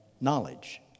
knowledge